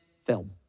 filled